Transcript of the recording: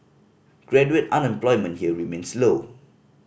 graduate unemployment here remains low